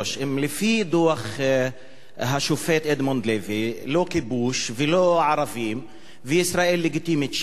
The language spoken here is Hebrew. לפי דוח השופט אדמונד לוי לא כיבוש ולא ערבים וישראל לגיטימית שם.